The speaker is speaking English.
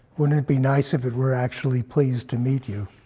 wouldn't it be nice if it were actually pleased to meet you?